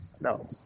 No